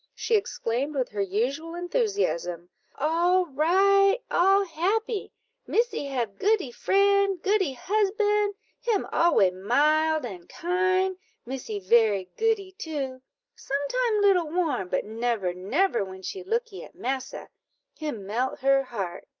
she exclaimed with her usual enthusiasm all right all happy missy have goodee friend, goodee husban him alway mild and kind missy very goodee too some time little warm, but never, never when she lookee at massa him melt her heart,